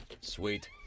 Sweet